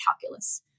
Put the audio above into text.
calculus